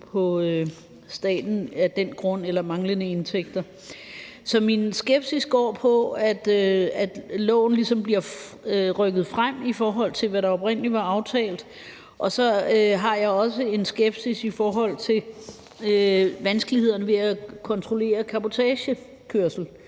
til staten af den grund. Så min skepsis går på, at loven ligesom bliver rykket frem, i forhold til hvad der oprindelig var aftalt. Så har jeg også en skepsis i forhold til vanskelighederne ved at kontrollere cabotagekørsel,